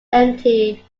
empty